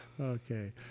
Okay